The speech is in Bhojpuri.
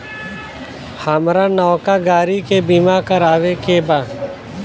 हामरा नवका गाड़ी के बीमा करावे के बा